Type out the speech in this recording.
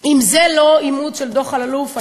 אם זה לא אימוץ של דוח אלאלוף,